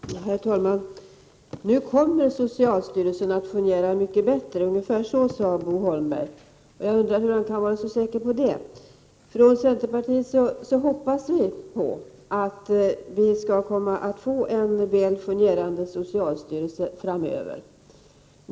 Prot. 1988/89:121 Herr talman! Nu kommer socialstyrelsen att fungera mycket bättre — 25 maj 1989 ungefär så sade Bo Holmberg. Jag undrar hur han kan vara så säker på det. - s , 5 Socialstyrelsens fram Centerpartiet hoppas att vi skall komma att få en väl fungerande sidätoll dar socialstyrelse framöver.